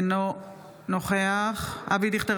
אינו נוכח אבי דיכטר,